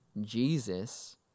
Jesus